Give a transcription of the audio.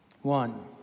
One